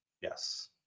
Yes